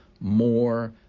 more